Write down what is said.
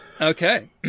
Okay